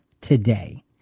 today